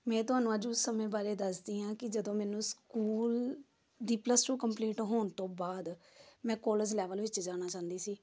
ਮੈਂ ਤੁਹਾਨੂੰ ਅੱਜ ਉਸ ਸਮੇਂ ਬਾਰੇ ਦੱਸਦੀ ਹਾਂ ਕਿ ਜਦੋਂ ਮੈਨੂੰ ਸਕੂਲ ਦੀ ਪਲੱਸ ਟੂ ਕੰਪਲੀਟ ਹੋਣ ਤੋਂ ਬਾਅਦ ਮੈਂ ਕੋਲਜ ਲੈਵਲ ਵਿੱਚ ਜਾਣਾ ਚਾਹੁੰਦੀ ਸੀ